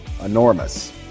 enormous